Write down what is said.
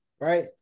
right